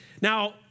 Now